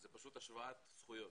זה פשוט השוואת זכויות.